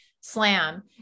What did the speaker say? slam